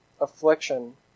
affliction